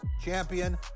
Champion